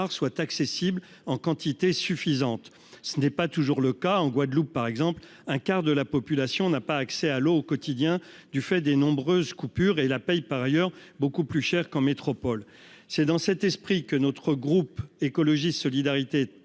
soit accessible en quantité suffisante. Tel n'est pas toujours le cas. En Guadeloupe, par exemple, un quart de la population n'a pas accès à l'eau au quotidien, du fait des nombreuses coupures, sans compter qu'on la paie beaucoup plus cher qu'en métropole. C'est dans cet esprit que le groupe Écologiste - Solidarité